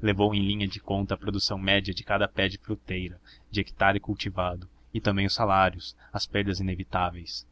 levou em linha de conta a produção média de cada pé de fruteira de hectare cultivado e também os salários as perdas inevitáveis